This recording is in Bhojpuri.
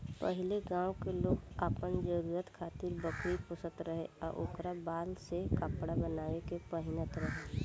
पहिले गांव के लोग आपन जरुरत खातिर बकरी पोसत रहे आ ओकरा बाल से कपड़ा बाना के पहिनत रहे